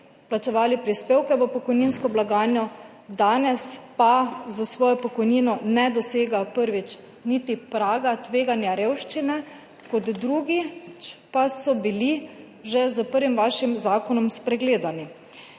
plačevali prispevke v pokojninsko blagajno, danes pa s svojo pokojnino ne dosegajo, prvič, niti praga tveganja revščine, drugič, bili so že s prvim vašim zakonom spregledani.